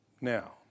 Now